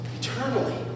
eternally